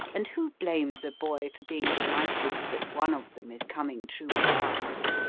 and who blames a boy for being delighted that one of them is coming true at last?